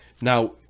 Now